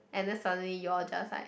and then suddenly you all just like